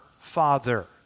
father